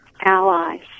allies